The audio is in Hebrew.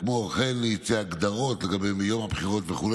כמו כן מוצעות הגדרות לגבי יום הבחירות וכו'.